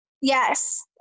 Yes